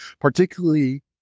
particularly